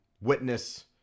witness